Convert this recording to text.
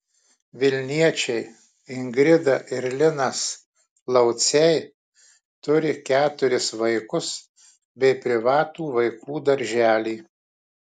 vilniečiai ingrida ir linas lauciai turi keturis vaikus bei privatų vaikų darželį